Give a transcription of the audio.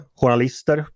journalister